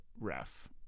ref